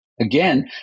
Again